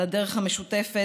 על הדרך המשותפת.